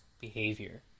behavior